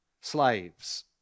slaves